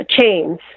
chains